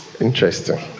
Interesting